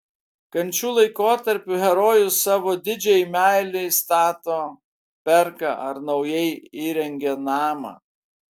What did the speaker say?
kančių laikotarpiu herojus savo didžiajai meilei stato perka ar naujai įrengia namą